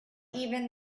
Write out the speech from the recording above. even